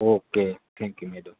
okay thank you madam